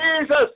Jesus